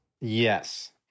yes